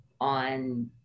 on